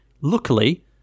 Luckily